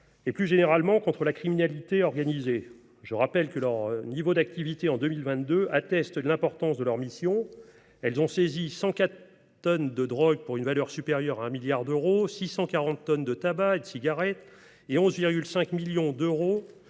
et, plus généralement, contre la criminalité organisée. Je rappelle que leur niveau d’activité en 2022 atteste de l’importance de leurs missions : elles ont saisi 104 tonnes de drogues pour une valeur supérieure à 1 milliard d’euros, 640 tonnes de tabac et de cigarettes et 11,5 millions